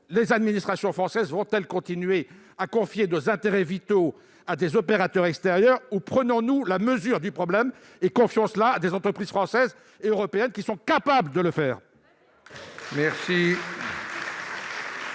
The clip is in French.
Les administrations françaises vont-elles continuer à confier nos intérêts vitaux à des opérateurs extérieurs ? Prenons la mesure du problème et faisons confiance à des entreprises françaises ou européennes pour conserver